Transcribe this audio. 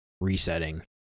resetting